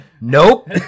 Nope